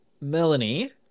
Melanie